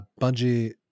Bungie